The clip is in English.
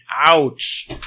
Ouch